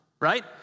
right